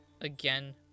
again